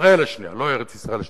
ישראל השנייה, לא ארץ-ישראל השנייה.